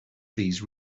these